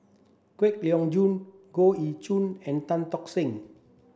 Kwek Leng Joo Goh Ee Choo and Tan Tock Seng